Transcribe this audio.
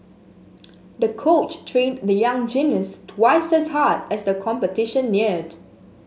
the coach trained the young gymnast twice as hard as the competition neared